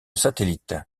satellites